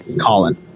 Colin